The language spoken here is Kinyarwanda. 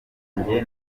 njye